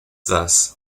thus